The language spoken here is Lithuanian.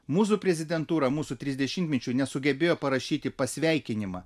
mūsų prezidentūra mūsų trisdešimtmečiui nesugebėjo parašyti pasveikinimą